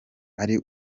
ari